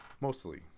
mostly